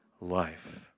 life